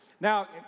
Now